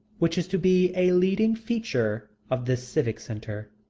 which is to be a leading feature of this civic centre